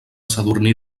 sadurní